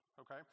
okay